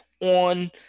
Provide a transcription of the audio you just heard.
on